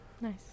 Nice